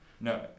no